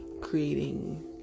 creating